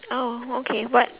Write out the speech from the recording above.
oh okay what